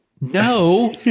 No